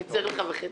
ראשית,